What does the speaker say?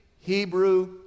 Hebrew